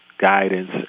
guidance